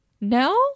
No